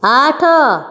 ଆଠ